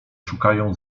szukają